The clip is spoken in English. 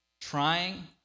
trying